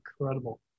incredible